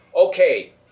okay